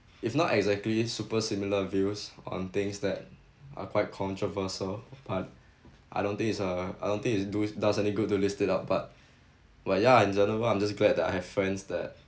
if not exactly super similar views on things that are quite controversial I I don't think it's uh I don't think it's do s~ does any good to list it out but but ya in general I'm just glad that I have friends that